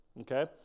okay